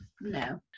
No